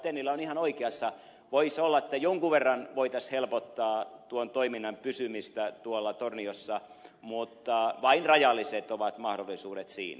tennilä on ihan oikeassa voisi olla että jonkun verran voitaisiin helpottaa tuon toiminnan pysymistä tuolla torniossa mutta vain rajalliset ovat mahdollisuudet siinä